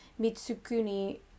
Mitsukuni